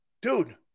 Dude